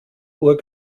uhr